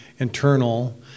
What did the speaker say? internal